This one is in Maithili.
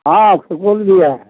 हँ सुकुल भी हइ